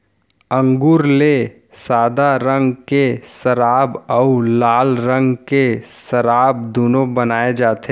अंगुर ले सादा रंग के सराब अउ लाल रंग के सराब दुनो बनाए जाथे